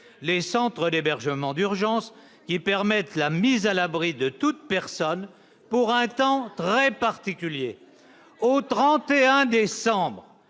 Les centres d'hébergement d'urgence, quant à eux, permettent la mise à l'abri de toute personne pour un temps très particulier. Nous le